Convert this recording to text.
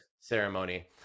ceremony